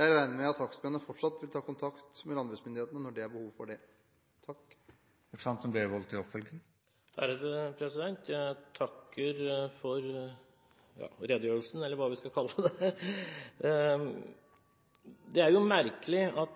Jeg regner med at takstmennene fortsatt vil ta kontakt med landbruksmyndighetene når det er behov for det. Jeg takker for redegjørelsen, eller hva vi skal kalle det. Det er jo merkelig at